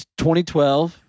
2012